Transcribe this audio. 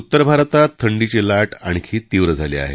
उत्तर भारतात थंडीची लाट आणखी तीव्र झाली आहे